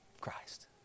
Christ